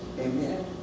Amen